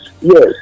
yes